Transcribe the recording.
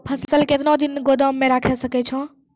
फसल केतना दिन गोदाम मे राखै सकै छौ?